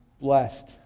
Blessed